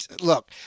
Look